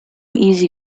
easy